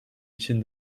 için